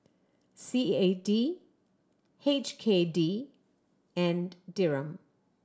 C A D H K D and Dirham